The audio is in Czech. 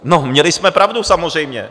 No, měli jsme pravdu, samozřejmě.